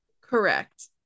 Correct